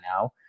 now